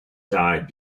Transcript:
died